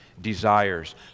desires